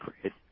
Great